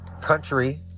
country